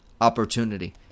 opportunity